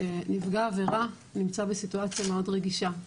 שנפגע ורע נמצא בסיטואציה מאוד רגישה,